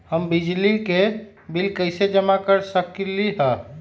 हम बिजली के बिल कईसे जमा कर सकली ह?